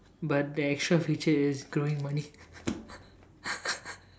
but the extra feature is growing money